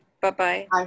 Bye-bye